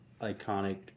iconic